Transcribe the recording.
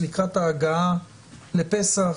לקראת ההגעה לפסח,